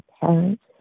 parents